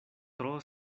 tro